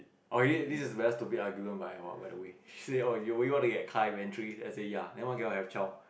okay this is very stupid argument by AiHua by the way she said oh do you want to get car eventually I say ya then why cannot have child